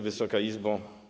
Wysoka Izbo!